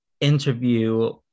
interview